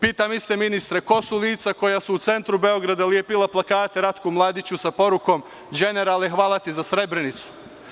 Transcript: Pitam iste ministre, ko su lica, koja su u centru Beograda lepila plakate Ratku Mladiću sa porukom – đenerale, hvala ti za Srebrenicu?